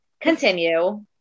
continue